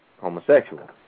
homosexual